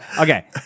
okay